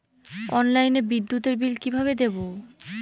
অনলাইনে বিদ্যুতের বিল কিভাবে দেব?